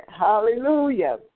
Hallelujah